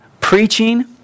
preaching